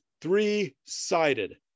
three-sided